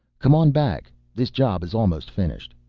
come on back this job is almost finished.